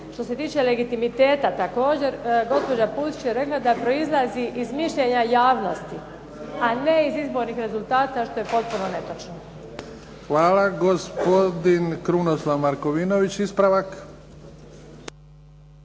Što se tiče legitimiteta također, gospođa Pusić je rekla da proizlazi iz mišljenja javnosti, a ne i izbornih rezultata što je potpuno netočno. **Bebić, Luka (HDZ)** Hvala. Gospodin Krunoslav Markovninović. Ispravak.